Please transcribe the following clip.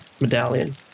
medallion